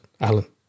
Alan